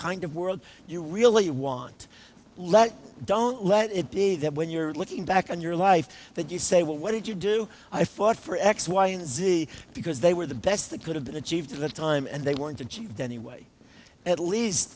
kind of world you really want let don't let it be that when you're looking back on your life that you say well what did you do i fought for x y and z because they were the best that could have been achieved at the time and they weren't achieved anyway at least